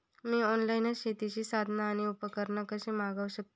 मी online शेतीची साधना आणि उपकरणा कशी मागव शकतय?